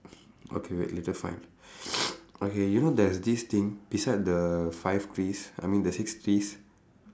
okay wait you just find okay you know there is this thing beside the five piece I mean the six piece